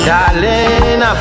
Darling